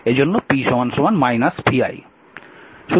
এজন্য p vi